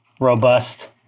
robust